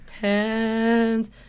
hands